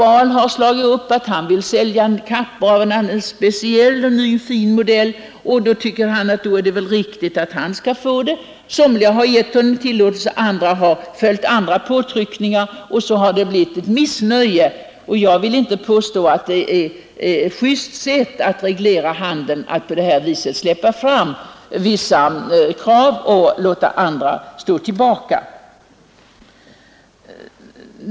Eller Kapp-Ahl kan ha anmält att han vill sälja en ny fin modell av något slag, och han har tyckt att han borde få göra det. Somliga kommuner har då givit honom sådan tillåtelse, andra inte. Då har det uppstått missnöje — och jag vill inte påstå att det är just att släppa fram vissa affärsmän på det sättet och låta andra stå tillbaka.